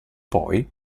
poi